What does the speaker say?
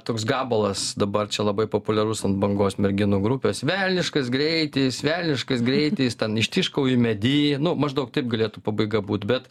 toks gabalas dabar čia labai populiarus ant bangos merginų grupės velniškas greitis velniškais greitis ten ištryškau į medį nu maždaug taip galėtų pabaiga būt bet